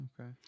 Okay